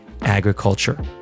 agriculture